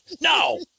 No